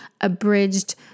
abridged